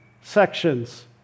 sections